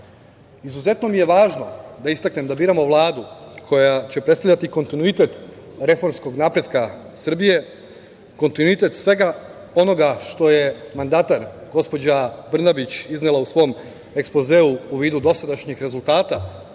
godine. Izuzetno mi je važno da istaknem da biramo Vladu koja će predstavljati kontinuitet reformskog napretka Srbije, kontinuitet svega onoga što je mandatar gospođa Brnabić iznela u svom ekspozeu u vidu dosadašnjih rezultata